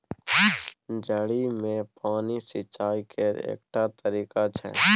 जड़ि मे पानि सिचाई केर एकटा तरीका छै